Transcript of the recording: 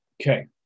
Okay